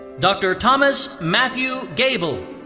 dr. thomas matthew gable.